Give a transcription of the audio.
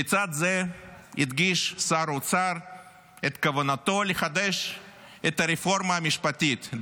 לצד זה הדגיש שר האוצר את כוונתו לחדש את הרפורמה המשפטית,